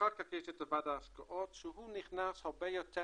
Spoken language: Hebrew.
אחר כך יש את ועדת ההשקעות שהיא נכנסת הרבה יותר